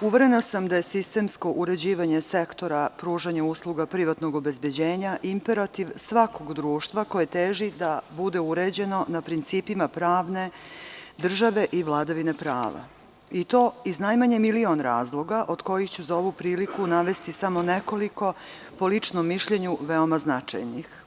uverena sam da je sistemsko uređivanje sektora pružanja usluga privatnog obezbeđenja imperativ svakog društva koje teži da bude uređeno na principima pravne države i vladavine prava, i to iz najmanje milion razloga, od kojih ću za ovu priliku navesti samo nekoliko, po ličnom mišljenju, veoma značajnih.